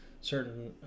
certain